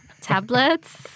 tablets